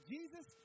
Jesus